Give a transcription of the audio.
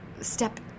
step